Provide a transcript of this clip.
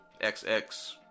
XX